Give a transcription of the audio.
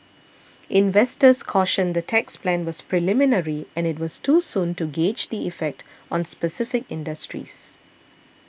investors cautioned the tax plan was preliminary and it was too soon to gauge the effect on specific industries